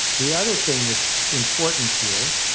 the other thing that's important here,